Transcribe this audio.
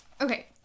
Okay